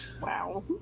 Wow